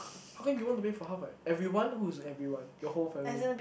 how come you want to pay for half a everyone who's everyone your whole family